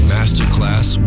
Masterclass